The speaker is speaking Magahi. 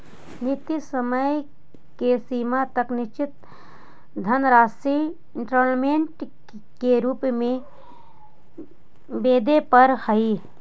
निश्चित समय सीमा तक निश्चित धनराशि इंस्टॉलमेंट के रूप में वेदे परऽ हई